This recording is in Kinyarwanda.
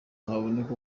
haboneka